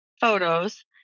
photos